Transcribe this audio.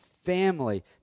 family